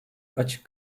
açık